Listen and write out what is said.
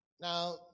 Now